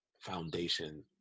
foundation